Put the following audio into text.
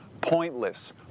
pointless